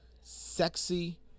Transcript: sexy